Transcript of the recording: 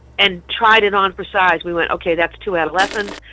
and tried it on for size, we went, okay, that's too adolescent.